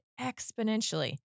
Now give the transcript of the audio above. exponentially